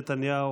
נתניהו.